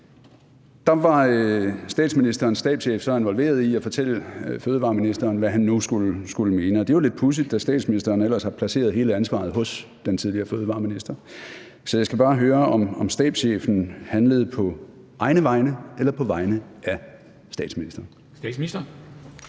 Der var statsministerens stabschef så involveret i at fortælle fødevareministeren, hvad han nu skulle mene. Og det er jo lidt pudsigt, da statsministeren ellers har placeret hele ansvaret hos den tidligere fødevareminister. Så jeg skal bare høre, om stabschefen handlede på egne vegne eller på vegne af statsministeren. Kl.